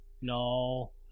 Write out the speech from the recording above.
No